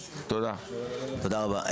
תודה רבה.